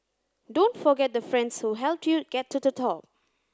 don't forget the friends who helped you get to the top